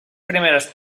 primeres